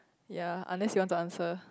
ya unless you want to answer